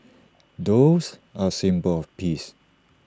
doves are A symbol of peace